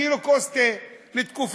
כאילו זה כוס תה,